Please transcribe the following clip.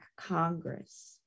Congress